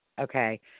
Okay